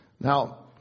Now